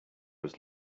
was